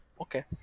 Okay